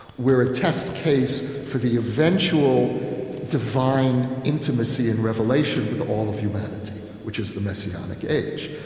we're a test case for the eventual divine intimacy and revelation with all of humanity, which is the messianic age.